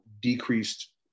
decreased